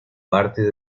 parte